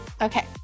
Okay